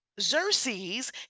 Xerxes